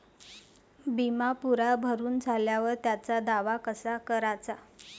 बिमा पुरा भरून झाल्यावर त्याचा दावा कसा कराचा?